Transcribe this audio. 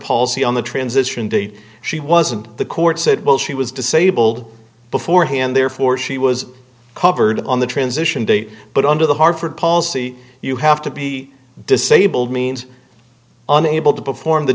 policy on the transition the she wasn't the court said well she was disabled beforehand therefore she was covered on the transition date but under the harford policy you have to be disabled means unable to perform the